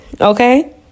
Okay